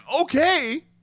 okay